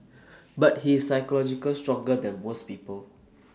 but he is psychological stronger than most people